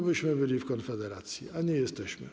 tobyśmy byli w Konfederacji, a nie jesteśmy.